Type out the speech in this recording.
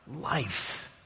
life